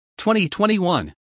2021